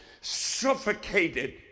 suffocated